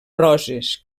roses